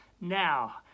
now